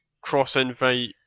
cross-invite